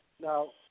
now